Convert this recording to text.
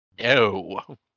no